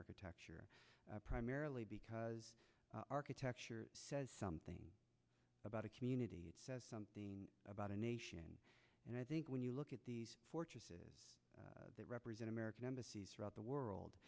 architecture primarily because architecture says something about a community it says something about a nation and i think when you look at the fortune that represent american embassies throughout the world